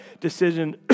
decision